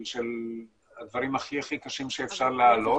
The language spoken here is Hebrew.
של הדברים הכי הכי קשים שאפשר להעלות.